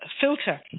filter